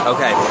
Okay